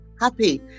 Happy